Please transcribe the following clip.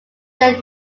there